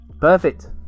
perfect